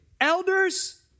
elders